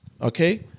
Okay